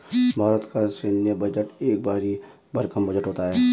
भारत का सैन्य बजट एक भरी भरकम बजट होता है